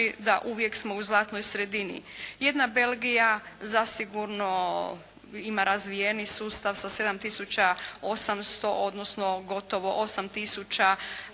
da uvijek smo u zlatnoj sredini. Jedna Belgija zasigurno ima razvijeniji sustav sa 7 tisuća 800 odnosno gotovo 8